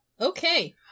okay